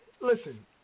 listen